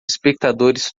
espectadores